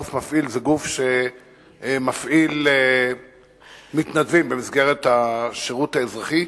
"גוף מפעיל" הוא גוף שמפעיל מתנדבים במסגרת השירות האזרחי,